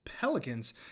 Pelicans